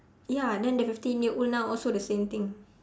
ya then the fifteen year old now also the same thing